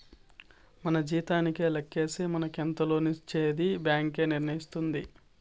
మన జీతానికే లెక్కేసి మనకెంత లోన్ ఇచ్చేది బ్యాంక్ ఏ నిర్ణయిస్తుంది